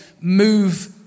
move